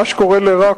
מה שקורה לרע,